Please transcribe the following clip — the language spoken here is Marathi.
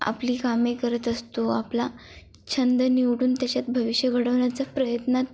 आपली कामे करत असतो आपला छंद निवडून त्याच्यात भविष्य घडवण्याचा प्रयत्नात